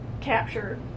captured